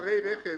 מספרי הרכב